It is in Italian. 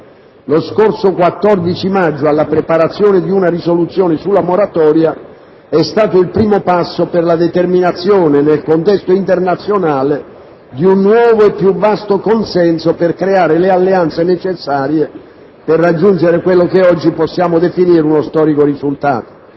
lo scorso 14 maggio, alla preparazione di una risoluzione sulla moratoria hanno rappresentato il primo passo per la determinazione, nel contesto internazionale, di un nuovo e più vasto consenso per creare le alleanze necessarie per raggiungere quello che oggi possiamo definire uno storico risultato.